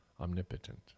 omnipotent